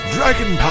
Dragon